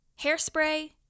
Hairspray